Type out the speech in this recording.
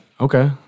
Okay